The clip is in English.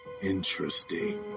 interesting